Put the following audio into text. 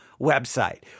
website